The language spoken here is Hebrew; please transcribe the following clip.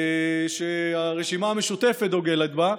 שהרשימה המשותפת דוגלת בה,